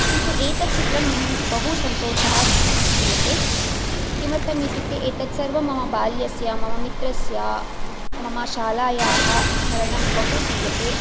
किन्तु एतत् चित्रं मह्यं बहुसन्तोषः दीयते किमर्थम् इत्युक्ते एतत् सर्वं मम बाल्यस्य मम मित्रस्य मम शालायाः स्मरणं बहु दीयते